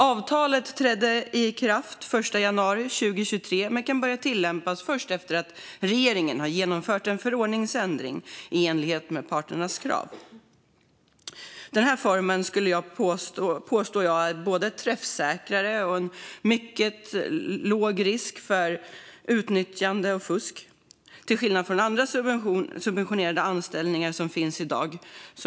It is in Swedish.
Avtalet trädde i kraft den 1 januari 2023 men kan börja tillämpas först efter att regeringen har genomfört en förordningsändring i enlighet med parternas krav. Denna form skulle jag påstå är träffsäkrare och innebär en mycket låg risk för utnyttjande och fusk, till skillnad från andra subventionerade anställningar som finns i dag.